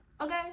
Okay